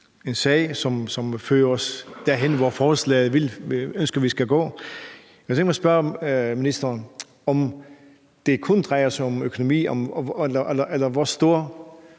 en sag, som fører os derhen, hvor man med forslaget ønsker at vi skal gå hen. Jeg kunne godt tænke mig at spørge ministeren, om det kun drejer sig om økonomi, eller hvor stor